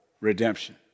redemption